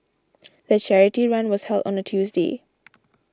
the charity run was held on a Tuesday